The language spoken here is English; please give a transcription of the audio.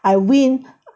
I win